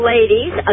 Ladies